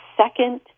second